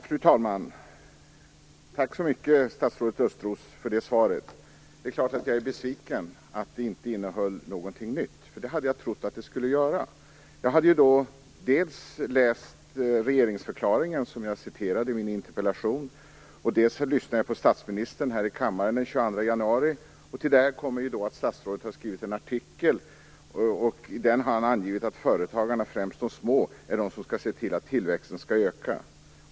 Fru talman! Tack så mycket, statsrådet Östros, för det svaret! Det är klart att jag är besviken över att det inte innehöll någonting nytt - det hade jag trott att det skulle göra. Jag hade dels läst regeringsförklaringen, som jag citerade i min interpellation, dels lyssnat på statsministern här i kammaren den 22 januari. Till detta kommer att statsrådet har skrivit en artikel där han angivit att det är företagarna, främst de små, som skall se till att tillväxten skall öka.